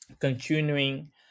continuing